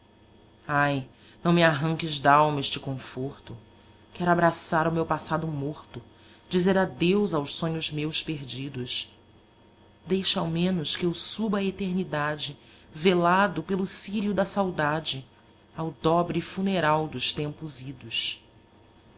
ai não me arranques dalma este conforto quero abraçar o meu passado morto dizer adeus aos sonhos meus perdidos deixa ao menos que eu suba à eternidade velado pelo círio da saudade ao dobre funeral dos tempos idos